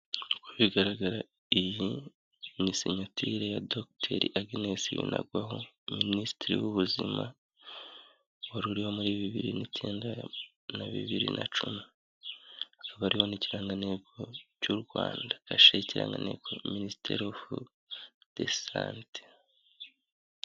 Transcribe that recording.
Uko bigaragara iyi ni sinyatire ya dogiteri Agnes Binagwaho, minisitiri w'ubuzima, wari uriho muri bibiri n'icyenda na bibiri na cumi. Akaba hariho n'ikirangantego cy'u Rwanda. Kashe y'ikirangantego cya minisiteri do sante.